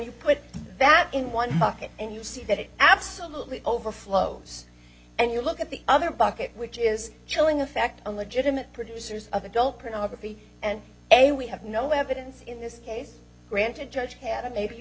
you put that in one market and you see that it absolutely overflows and you look at the other bucket which is chilling effect on legitimate producers of adult pornography and a we have no evidence in this case granted church had maybe you